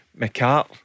McCart